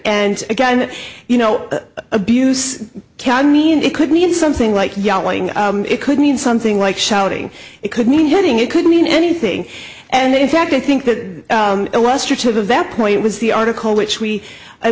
and again you know abuse can mean it could mean something like yelling it could mean something like shouting it could mean getting it could mean anything and in fact i think that illustrative of that point was the article which we